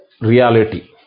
reality